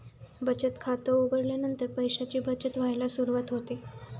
बचत खात उघडल्यानंतर पैशांची बचत व्हायला सुरवात होते